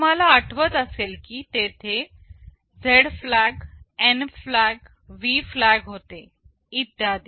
तुम्हाला आठवत असेल की तेथे Z flag N flag V flag होते इत्यादि